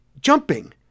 jumping